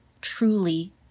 truly